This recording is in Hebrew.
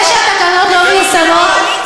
זה שהתקנות לא מיושמות,